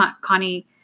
connie